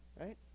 Right